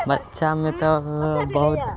बच्चामे तऽ हमे बहुत